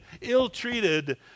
ill-treated